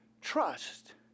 trust